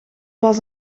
was